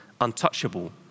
Untouchable